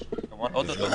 יש כמובן עוד דתות,